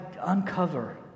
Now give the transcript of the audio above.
uncover